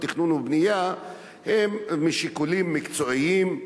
התכנון והבנייה התמנו משיקולים מקצועיים.